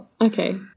Okay